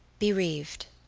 bereaved